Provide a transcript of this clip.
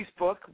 Facebook